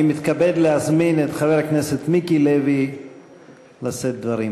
אני מתכבד להזמין את חבר הכנסת מיקי לוי לשאת דברים.